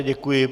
Děkuji.